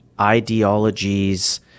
ideologies